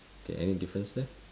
okay any difference there